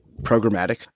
programmatic